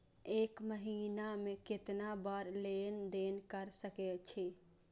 एक महीना में केतना बार लेन देन कर सके छी?